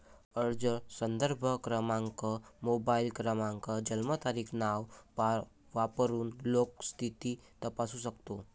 अर्ज संदर्भ क्रमांक, मोबाईल क्रमांक, जन्मतारीख, नाव वापरून लोन स्थिती तपासू शकतो